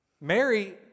Mary